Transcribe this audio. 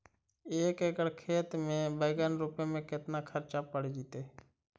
एक एकड़ खेत में बैंगन रोपे में केतना ख़र्चा पड़ जितै?